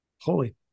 holy